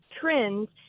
trends